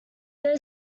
there